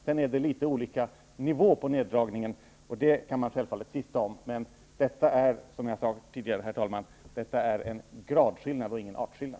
Det är litet olika nivå på neddragningarna, och det kan man självfallet tvista om. Som jag sade tidigare, herr talman, är detta en gradskillnad och ingen artskillnad.